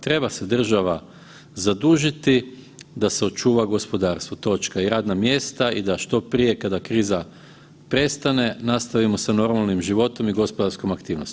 Treba se država zadužiti da se očuva gospodarstvo, točka i radna mjesta i da što prije kada kriza prestane nastavimo sa normalnim životom i gospodarskom aktivnosti.